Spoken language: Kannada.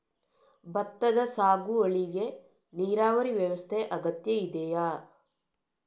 ಭತ್ತದ ಸಾಗುವಳಿಗೆ ನೀರಾವರಿ ವ್ಯವಸ್ಥೆ ಅಗತ್ಯ ಇದೆಯಾ?